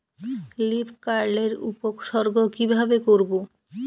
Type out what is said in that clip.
Leaf curl এর উপসর্গ কিভাবে করব?